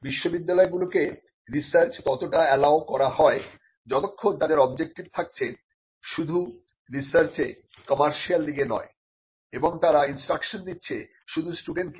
বিশ্ববিদ্যালয়গুলোকে research ততটা allow করা হয় যতক্ষণ তাদের অবজেক্টিভ থাকছে শুধু রিসার্চে কমার্শিয়াল দিকে নয় এবং তারা ইনস্ট্রাকশন দিচ্ছে শুধু স্টুডেন্টকে